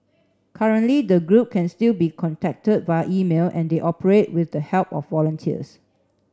currently the group can still be contacted via email and they operate with the help of volunteers